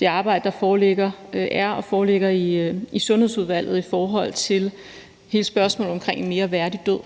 det arbejde, der både pågår og ligger foran os i Sundhedsudvalget i forhold til hele spørgsmålet om en mere værdig død.